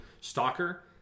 Stalker